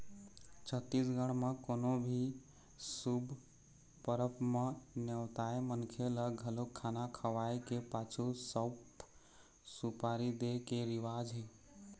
छत्तीसगढ़ म कोनो भी शुभ परब म नेवताए मनखे ल घलोक खाना खवाए के पाछू सउफ, सुपारी दे के रिवाज हे